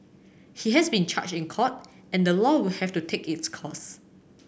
he has been charged in court and the law will have to take its course